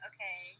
Okay